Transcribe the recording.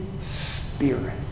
Spirit